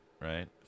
right